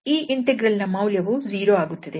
ಈ ಇಂಟೆಗ್ರಲ್ ನ ಮೌಲ್ಯವು 0 ಆಗುತ್ತದೆ